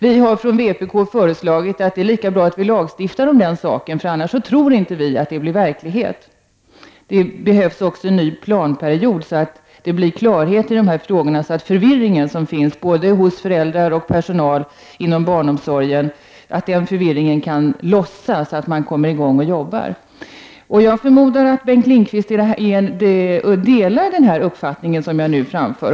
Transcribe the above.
Vi har från vpk föreslagit att det är lika bra att riksdagen lagstiftar om den saken, annars tror inte vi att detta blir verklighet. Det behövs också en ny planperiod, så att det blir klarhet i dessa frågor och så att den förvirring som finns hos både föräldrar och personal inom barnomsorgen försvinner. Då kan arbetet komma i gång. Jag förmodar att Bengt Lindqvist delar den uppfattning som jag nu framför.